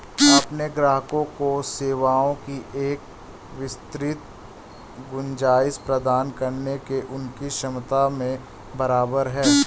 अपने ग्राहकों को सेवाओं की एक विस्तृत गुंजाइश प्रदान करने की उनकी क्षमता में बराबर है